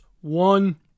one